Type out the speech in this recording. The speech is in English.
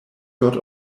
got